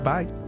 Bye